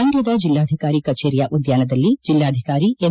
ಮಂಡ್ಯದ ಜಿಲ್ಲಾಧಿಕಾರಿ ಕಚೇರಿಯ ಉದ್ಯಾನದಲ್ಲಿ ಜಿಲ್ಲಾಧಿಕಾರಿ ಎಂ